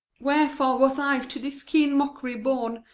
wherefore was i to this keen mockery born?